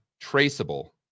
traceable